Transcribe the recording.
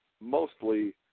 mostly